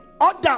order